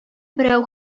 берәү